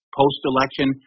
post-election